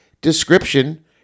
description